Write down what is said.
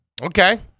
Okay